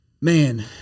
Man